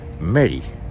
Mary